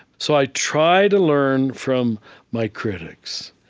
so i try to learn from my critics,